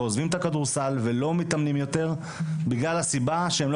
עוזבים את הכדורסל ולא מתאמנים יותר בגלל הסיבה שהם לא